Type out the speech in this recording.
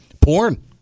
Porn